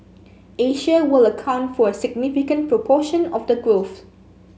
Asia will account for a significant proportion of the growth